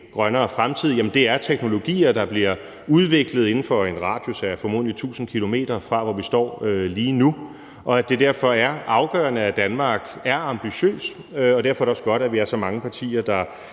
grønnere fremtid, er teknologier, der bliver udviklet inden for en radius af formodentlig 1.000 km fra, hvor vi står lige nu, og derfor er det afgørende, at Danmark er ambitiøs, og derfor er det også godt, at vi er så mange partier, der